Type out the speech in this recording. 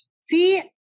See